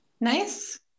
Nice